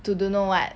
to don't know what